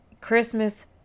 Christmas